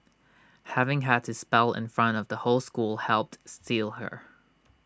having had to spell in front of the whole school helped steel her